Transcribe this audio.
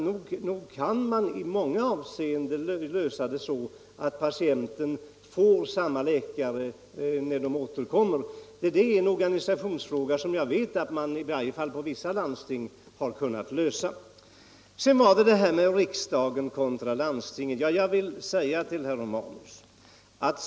Nog kan den i många fall lösas så att patienterna får samma läkare när de återkommer. Jag vet att i varje fall vissa landsting har kunnat lösa den. Sedan var det frågan om riksdagen kontra landstingen.